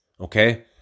Okay